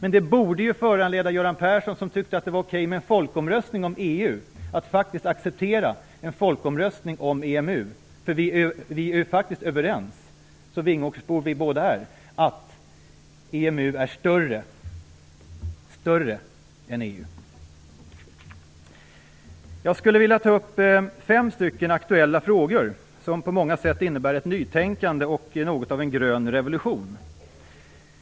Det borde föranleda Göran Persson, som tyckte att det var okej med en folkomröstning om EU, att acceptera en folkomröstning om EMU. Vi är faktiskt överens om, som vingåkersbor vi båda är, att EMU är större än EU. Jag skulle vilja ta upp fem stycken aktuella frågor, som på många sätt innebär ett nytänkande och något av en grön revolution.